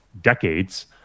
decades